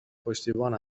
پشتیبان